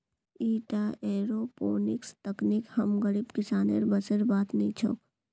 ईटा एयरोपोनिक्स तकनीक हम गरीब किसानेर बसेर बात नी छोक